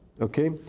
okay